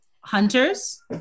Hunters